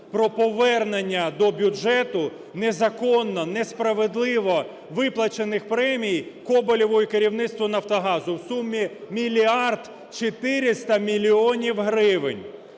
про повернення до бюджету незаконно, несправедливо виплачених премійКоболєву і керівництву "Нафтогазу" в сумі мільярд 400 мільйонів